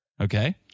Okay